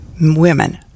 women